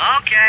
Okay